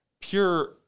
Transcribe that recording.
pure